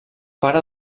pare